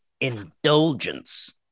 Indulgence